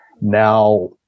now